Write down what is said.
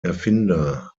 erfinder